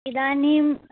इदानीम्